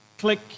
Click